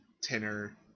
Tenor